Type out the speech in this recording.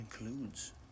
includes